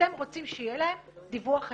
אתם רוצים שיהיה להם דיווח אמת.